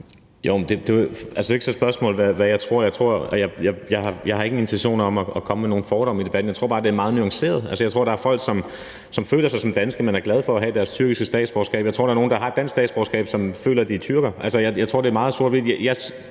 Det er ikke et spørgsmål om, hvad jeg tror. Jeg har ingen intentioner om at komme med nogen fordomme i debatten, men jeg tror bare, det er meget nuanceret. Jeg tror, at der er folk, som føler sig som danske, men som er glade for at have deres tyrkiske statsborgerskab, og jeg tror, der er nogle, der har et dansk statsborgerskab, som føler, at de tyrkere. Jeg tror ikke, det er sort-hvidt.